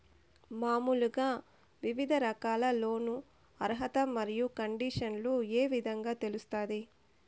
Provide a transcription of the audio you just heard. మామూలుగా వివిధ రకాల లోను అర్హత మరియు కండిషన్లు ఏ విధంగా తెలుస్తాది?